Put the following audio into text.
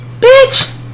Bitch